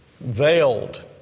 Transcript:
veiled